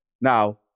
Now